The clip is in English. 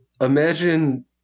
imagine